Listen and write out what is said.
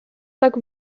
так